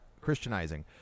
Christianizing